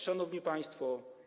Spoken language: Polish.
Szanowni Państwo!